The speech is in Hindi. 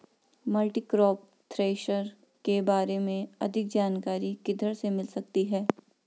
मल्टीक्रॉप थ्रेशर के बारे में अधिक जानकारी किधर से मिल सकती है?